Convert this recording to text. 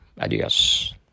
Adios